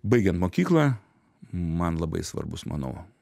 baigiant mokyklą man labai svarbus mano